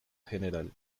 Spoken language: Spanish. general